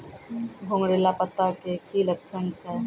घुंगरीला पत्ता के की लक्छण छै?